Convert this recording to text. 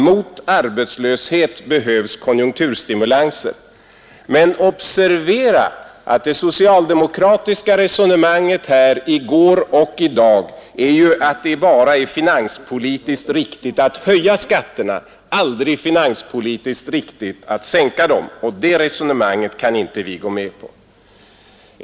Mot arbetslöshet behövs konjunkturstimulanser, Men observera att det socialdemokratiska resonemanget här i går och i dag innebär att det bara är finanspolitiskt riktigt att höja skatterna, aldrig finanspolitiskt riktigt att sänka dem. Det resonemanget kan inte vi gå med på.